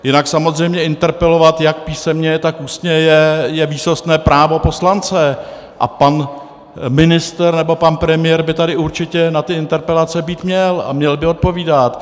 Jinak samozřejmě interpelovat jak písemně, tak ústně je výsostné právo poslance a pan ministr nebo pan premiér by tady určitě na interpelace být měl a měl by odpovídat.